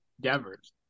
Devers